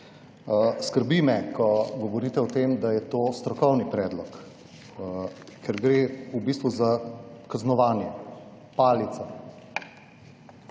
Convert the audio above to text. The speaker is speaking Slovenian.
Skrbi me, ko govorite o tem, da je to strokovni predlog, ker gre v bistvu za kaznovanje, palico.